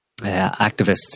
activists